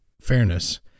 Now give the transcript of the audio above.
fairness